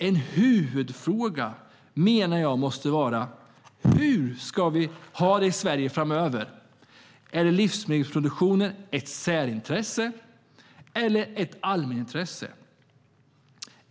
En huvudfråga menar jag måste vara: Hur ska vi ha det i Sverige framöver? Är livsmedelsproduktionen ett särintresse eller ett allmänintresse?